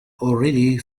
already